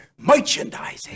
Merchandising